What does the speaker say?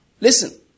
Listen